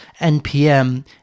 NPM